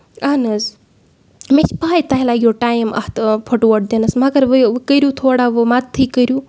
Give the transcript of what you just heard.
اَہن حظ مےٚ چھ پَے تۄہہِ لَگِوٕ ٹایم اَتھ پھُٹووٹ مَگر وٕے وۄنۍ کٔرِو تھوڑا وۄنۍ مددتھٕے کٔرِو